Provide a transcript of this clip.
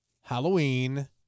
Halloween